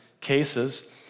cases